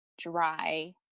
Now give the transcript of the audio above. dry